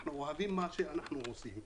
אנחנו אוהבים מה שאנחנו עושים.